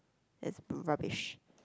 that's rubbish